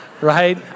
right